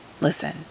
listen